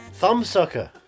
Thumbsucker